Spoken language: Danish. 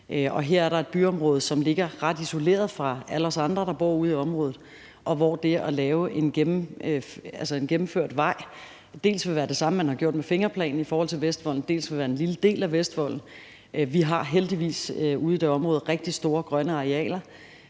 her er der et byområde, som ligger ret isoleret fra alle os andre, der bor ude i området, og hvor det at lave en gennemført vej dels vil være det samme, man har gjort med fingerplanen i forhold til Vestvolden, og dels vil det være en lille del af Vestvolden. Vi har heldigvis ude i det område rigtig store grønne arealer,